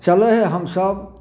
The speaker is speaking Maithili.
चलै है हमसब